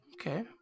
okay